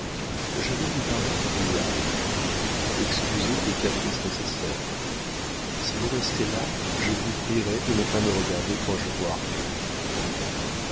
je vais vous paraître bizarre excusez des caprices nécessaires si vous restez là je vous prierai de ne pas me regarder quand je boirai